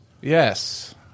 Yes